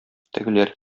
тегеләр